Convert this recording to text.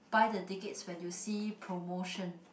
buy the tickets when you see promotion